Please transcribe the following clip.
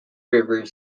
river